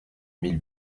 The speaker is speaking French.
mille